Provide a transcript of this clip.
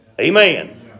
Amen